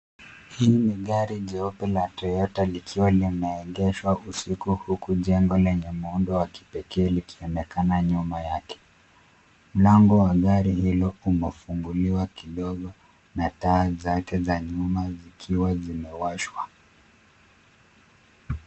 Hii ni gari jeupe la Toyota likiwa limeegeshwa usiku huku jengo lenye muundo wa kipekee lionekana nyuma yake. Mlango wa gari hilo umefunguliwa kidogo na taa zake za nyuma zikiwa zimewashwa.